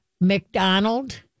McDonald